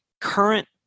current